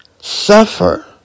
Suffer